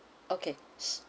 okay s~